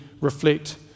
reflect